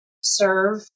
serve